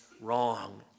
wrong